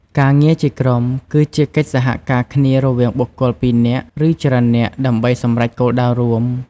ការងារជាក្រុម គឺជាកិច្ចសហការគ្នារវាងបុគ្គលពីរនាក់ ឬច្រើននាក់ ដើម្បីសម្រេចគោលដៅរួម។